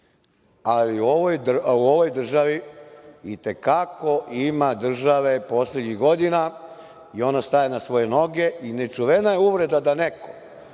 ali u ovoj državi i te kako ima države poslednjih godina i ona staje na svoje noge. Nečuvena je uvreda da neko